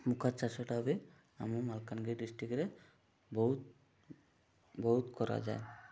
ମକା ଚାଷଟା ବି ଆମ ମାଲକାନଗିରି ଡିଷ୍ଟ୍ରିକ୍ଟରେ ବହୁତ ବହୁତ କରାଯାଏ